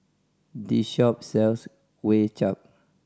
this shop sells Kway Chap